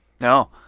No